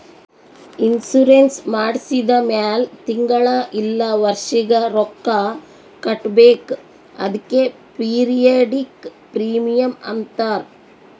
insurance ಮಾಡ್ಸಿದ ಮ್ಯಾಲ್ ತಿಂಗಳಾ ಇಲ್ಲ ವರ್ಷಿಗ ರೊಕ್ಕಾ ಕಟ್ಬೇಕ್ ಅದ್ಕೆ ಪಿರಿಯಾಡಿಕ್ ಪ್ರೀಮಿಯಂ ಅಂತಾರ್